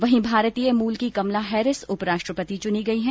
वहीं भारतीय मूल की कमला हैरिस उपराष्ट्रपति चुनी गई है